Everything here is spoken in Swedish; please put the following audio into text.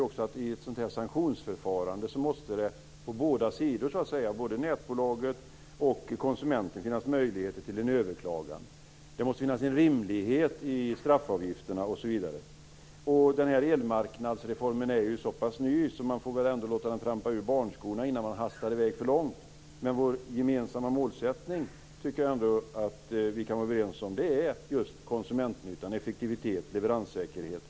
I ett sanktionsförfarande måste det från båda sidor, både från nätbolaget och från konsumenten, finnas möjligheter att överklaga. Det måste finnas en rimlighet i straffavgifterna, osv. Den här elmarknadsreformen är så pass ny att man måste låta den trampa ur barnskorna innan man hastar i väg för långt. Men jag tycker att vi kan vara överens om vår gemensamma målsättning, nämligen konsumentnyttan, effektivitet och leveranssäkerhet.